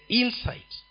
insight